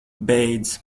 beidz